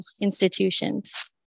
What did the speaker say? institutions